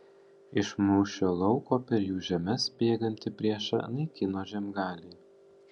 iš mūšio lauko per jų žemes bėgantį priešą naikino žiemgaliai